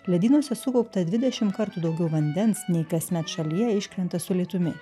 ledynuose sukaupta dvidešim kartų daugiau vandens nei kasmet šalyje iškrenta su lietumi